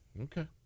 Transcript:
Okay